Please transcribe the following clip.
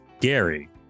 Gary